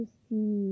see